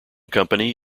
company